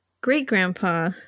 great-grandpa